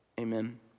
Amen